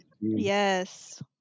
Yes